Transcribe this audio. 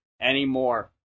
anymore